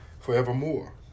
forevermore